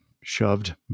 shoved